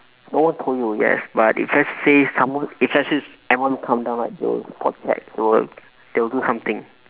no one told you yes but if let's say someone if let's says M_O_M come down right they will spot check they will they will do something